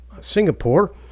Singapore